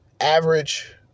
average